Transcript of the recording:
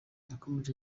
yakomeje